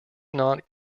knot